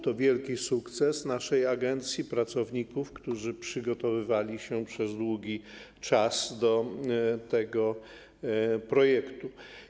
To wielki sukces naszej agencji i pracowników, którzy przygotowywali się przez długi czas do tego projektu.